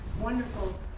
wonderful